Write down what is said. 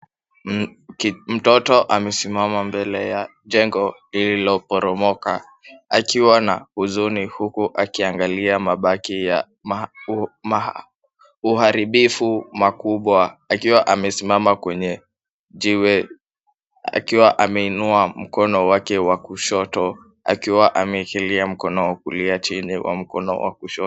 Mtoto amesimama mbele ya jengo lililoporomoka akiwa na huzuni huku akiangalia mabaki ya uharibifu makubwa, akiwa amesimama kwenye jiwe, akiwa ameinua mkono wake wa kushoto, akiwa ameekelea mkono wa kulia chini wa mkono wa kushoto.